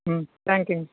ம் தேங்க்யூங்க